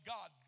God